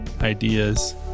ideas